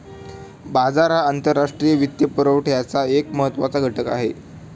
बाजार हा आंतरराष्ट्रीय वित्तपुरवठ्याचा एक महत्त्वाचा घटक आहे